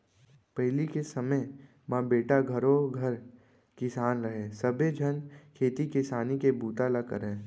पहिली के समे म बेटा घरों घर किसान रहय सबे झन खेती किसानी के बूता ल करयँ